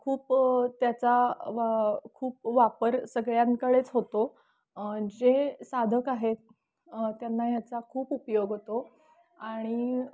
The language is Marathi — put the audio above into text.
खूप त्याचा वा खूप वापर सगळ्यांकडेच होतो जे साधक आहेत त्यांना ह्याचा खूप उपयोग होतो आणि